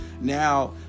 now